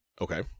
Okay